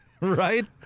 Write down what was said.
Right